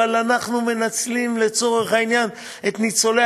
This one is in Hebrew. אבל אנחנו מנצלים לצורך העניין את ניצולי